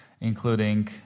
including